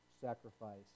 sacrifice